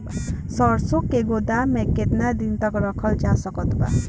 सरसों के गोदाम में केतना दिन तक रखल जा सकत बा?